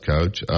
Coach